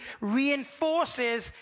reinforces